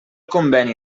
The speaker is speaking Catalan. conveni